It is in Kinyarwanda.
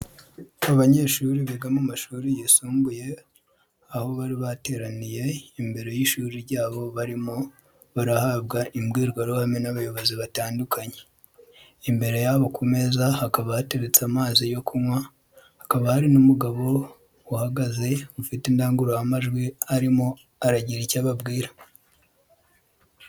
Abanyeshuri biga mu mashuri yisumbuye aho bari bateraniye imbere y'ishuri ryabo barimo barahabwa imbwirwaruhame n'abayobozi batandukanye. Imbere yabo ku meza hakaba hateretse amazi yo kunywa, hakaba hari n'umugabo uhagaze ufite indangururamajwi arimo aragira icyo ababwira.